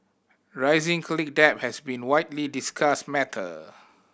rising college debt has been widely discussed matter